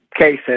cases